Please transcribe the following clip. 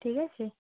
ঠিক আছে